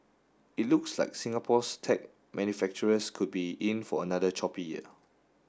it looks like Singapore's tech manufacturers could be in for another choppy year